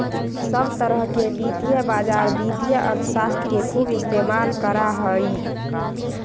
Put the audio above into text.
सब तरह के वित्तीय बाजार वित्तीय अर्थशास्त्र के खूब इस्तेमाल करा हई